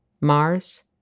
Mars